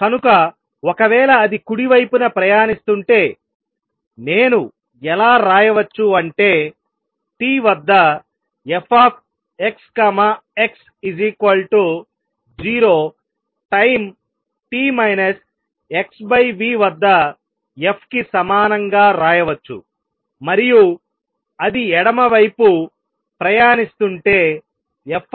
కనుక ఒకవేళ అది కుడి వైపున ప్రయాణిస్తుంటే నేను ఎలా రాయవచ్చు అంటే t వద్ద f xx0 time t x v వద్ద f కి సమానంగా రాయవచ్చు మరియు అది ఎడమ వైపు ప్రయాణిస్తుంటే f